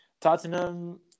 Tottenham